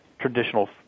traditional